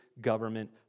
government